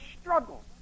struggle